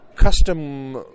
custom